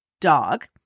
dog